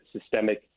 systemic